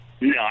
No